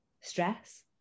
stress